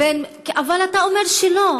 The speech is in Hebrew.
אבל אתה אומר שלא.